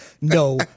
no